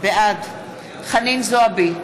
בעד חנין זועבי,